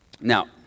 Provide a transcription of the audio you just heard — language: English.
Now